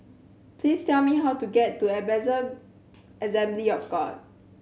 please tell me how to get to Ebenezer Assembly of God